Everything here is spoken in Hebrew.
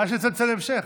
מה יש לצלצל להמשך?